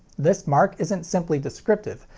this mark isn't simply descriptive.